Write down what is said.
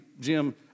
Jim